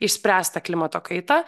išspręs tą klimato kaitą